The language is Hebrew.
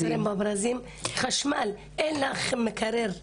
אין לי מקרר בקיץ,